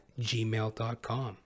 gmail.com